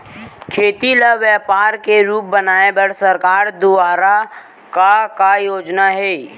खेती ल व्यापार के रूप बनाये बर सरकार दुवारा का का योजना हे?